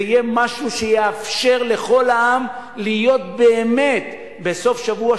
זה יהיה משהו שיאפשר לכל העם להיות באמת בסוף-שבוע,